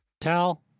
tal